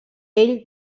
ell